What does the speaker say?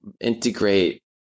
integrate